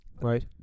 Right